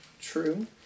true